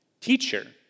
Teacher